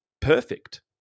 perfect